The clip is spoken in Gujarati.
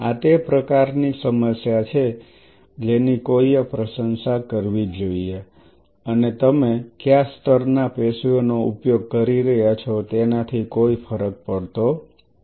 આ તે પ્રકારની સમસ્યા છે જેની કોઈએ પ્રશંસા કરવી જોઈએ અને તમે કયા સ્તરના પેશીઓનો ઉપયોગ કરી રહ્યા છો તેનાથી કોઈ ફરક પડતો નથી